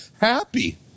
happy